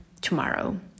tomorrow